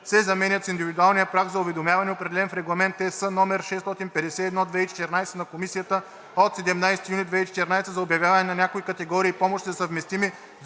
се заменят с „индивидуалния праг за уведомяване, определен в Регламент (ЕС) № 651/2014 на Комисията от 17 юни 2014 г. за обявяване на някои категории помощи за съвместими